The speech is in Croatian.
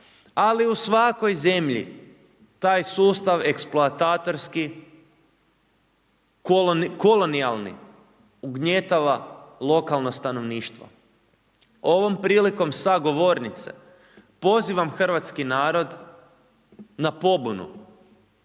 Ali u svakoj zemlji taj sustav eksploatatorski kolonijalni ugnjetava lokalno stanovništvo. Ovom prilikom sa govornice pozivam hrvatski narod na pobunu